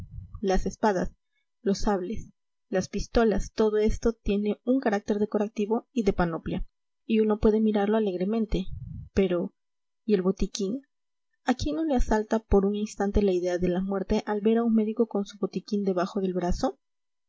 las espadas los sables las pistolas todo esto tiene un carácter decorativo y de panoplia y uno puede mirarlo alegremente pero y el botiquín a quién no le asalta por un instante la idea de la muerte al ver a un médico con su botiquín debajo del brazo